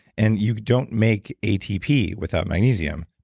and you don't make atp without magnesium.